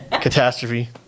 Catastrophe